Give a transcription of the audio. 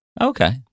Okay